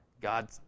God